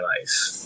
life